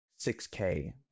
6K